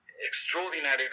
extraordinary